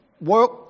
work